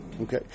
Okay